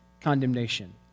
condemnation